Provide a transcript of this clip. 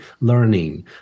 learning